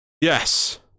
Yes